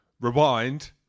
rewind